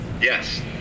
Yes